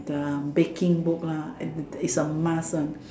the baking book lah is a must ah